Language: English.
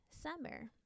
summer